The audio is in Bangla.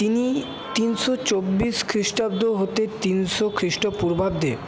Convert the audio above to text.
তিনি তিনশো চব্বিশ খ্রীষ্টাব্দ হতে তিনশো খ্রীষ্টপূর্বাব্দে